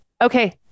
Okay